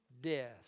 death